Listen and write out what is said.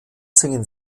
singen